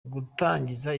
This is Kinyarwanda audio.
gutangiza